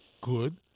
good